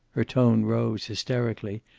her tone rose, hysterically.